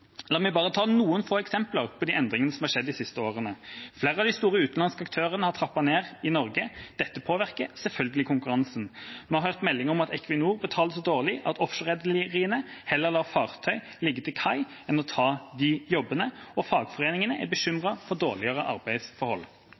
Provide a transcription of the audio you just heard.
La meg bare ta noen få eksempler på de endringene som har skjedd de siste årene: Flere av de store utenlandske aktørene har trappet ned i Norge. Dette påvirker selvfølgelig konkurransen. Vi har hørt meldinger om at Equinor betaler så dårlig at offshore-rederiene heller lar fartøy ligge til kai enn å ta jobbene, og fagforeningene er bekymret for dårligere arbeidsforhold.